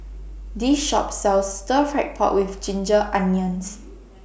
This Shop sells Stir Fried Pork with Ginger Onions